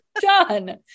Done